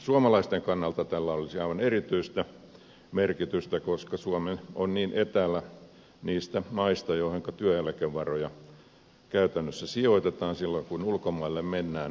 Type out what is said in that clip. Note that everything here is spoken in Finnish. suomalaisten kannalta tällä olisi aivan erityistä merkitystä koska suomi on niin etäällä niistä maista joihinka työeläkevaroja käytännössä sijoitetaan silloin kun ulkomaille mennään